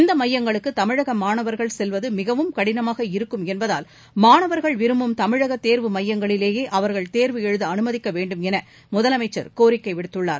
இந்தமையங்களுக்குதமிழகமாணவா்கள் செல்வதுமிகவும் கடினமாக இருக்கும் என்பதால் மாணவா்கள் விரும்பும் தமிழகதேர்வு மையங்களிலேயேஅவர்கள் தேர்வு எழுதஅனுமதிக்கவேண்டுமெனமுதலமைச்சர் கோரிக்கைவிடுத்துள்ளார்